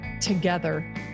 together